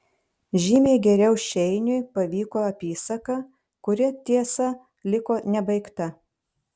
žymiai geriau šeiniui pavyko apysaka kuri tiesa liko nebaigta